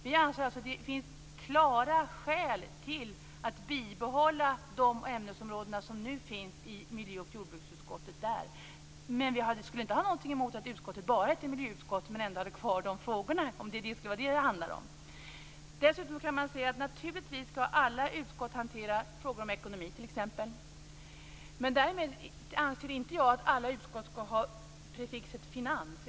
Vi anser att det finns klara skäl att bibehålla de ämnesområden som nu finns i miljö och jordbruksutskottet. Men vi skulle inte ha något emot att utskottet hette bara miljöutskottet men att man ändå hade kvar dessa frågor, om det skulle vara det som det handlar om. Naturligtvis skall alla utskott hantera frågor om ekonomi t.ex. Därmed anser jag inte att alla utskott skall ha prefixet finans.